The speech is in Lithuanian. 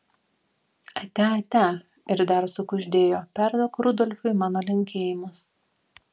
atia atia ir dar sukuždėjo perduok rudolfui mano linkėjimus